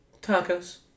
Tacos